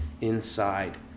inside